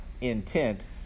intent